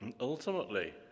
ultimately